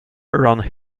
around